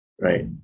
right